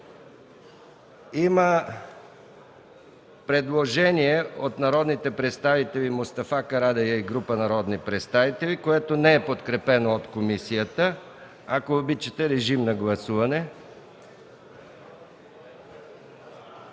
Има предложение от народния представител Мустафа Карадайъ и група народни представители, което не е подкрепено от комисията. Ако обичате, режим на гласуване.